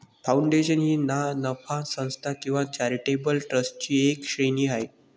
foundation ही ना नफा संस्था किंवा चॅरिटेबल ट्रस्टची एक श्रेणी आहे